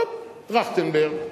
הופ, טרכטנברג.